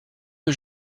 que